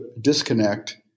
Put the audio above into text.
disconnect